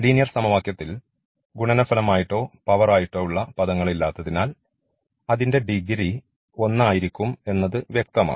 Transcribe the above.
linear സമവാക്യത്തിൽ ഗുണനഫലം ആയിട്ടോ പവർ ആയിട്ടോ ഉള്ള പദങ്ങൾ ഇല്ലാത്തതിനാൽ അതിൻറെ ഡിഗ്രി ഒന്ന് ആയിരിക്കും എന്നത് വ്യക്തമാണ്